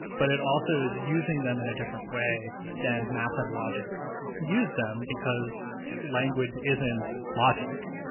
but it also is using them in a different way than math and logic use them, because language isn't logic.